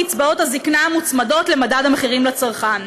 קצבאות הזקנה מוצמדות למדד המחירים לצרכן.